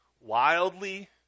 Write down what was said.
wildly